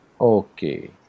Okay